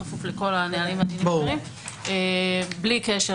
בכפוף לכל הנהלים הרלוונטיים ובלי קשר